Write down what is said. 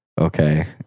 okay